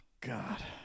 God